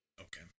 Okay